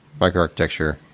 microarchitecture